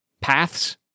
paths